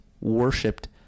worshipped